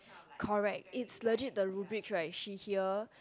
correct is legit the rubric right she here